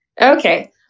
Okay